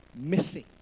missing